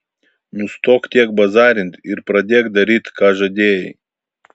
nustok tiek bazarint ir pradėk daryt ką žadėjai